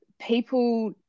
people